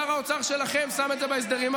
שר האוצר שלכם שם את זה בהסדרים,